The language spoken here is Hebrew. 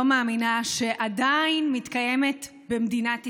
מאמינה שעדיין מתקיימת במדינת ישראל.